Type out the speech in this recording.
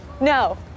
No